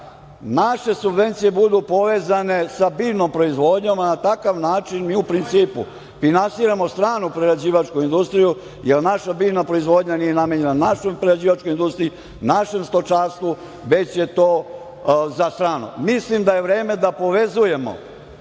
naše subvencije budu povezane sa biljnom proizvodnjom, a na takav način mi u principu finansiramo stranu prerađivačku industriju, a naša biljna proizvodnja nije namenjena našoj prerađivačkoj industriji, našem stočarstvu, već je to za strano. Mislim da je vreme da povezujemo